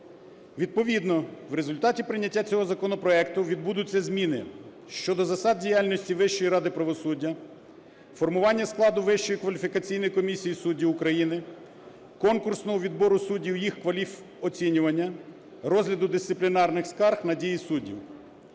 Відповідно в результаті прийняття цього законопроекту відбудуться зміни щодо засад діяльності Вищої ради правосуддя, формування складу Вищої кваліфікаційної комісії суддів України, конкурсного відбору суддів і їх кваліфоцінювання, розгляду дисциплінарних скарг на дії суддів.